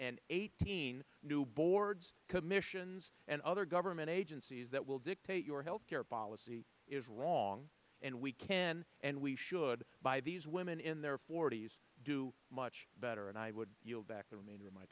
hundred eighteen new boards commissions and other government agencies that will dictate your health care policy is wrong and we can and we should by these women in their forty's do much better and i would yield back the remainder of my